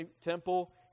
temple